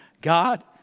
God